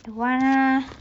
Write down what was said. don't want lah